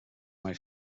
marry